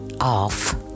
off